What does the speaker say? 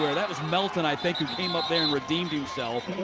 that was melton, i think, who came up and redeemed himself.